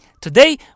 today